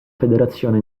federazione